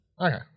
Okay